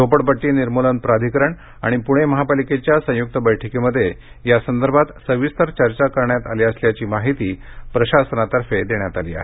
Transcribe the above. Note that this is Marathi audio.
झोपडपट्टी निर्मूलन प्राधिकरण आणि पुणे महापालिकेच्या संयुक्त बैठकीमध्ये या संदर्भात सविस्तर चर्चा करण्यात आली असल्याची माहिती प्रशासनातर्फे देण्यात आली आहे